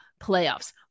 playoffs